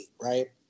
Right